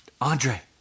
Andre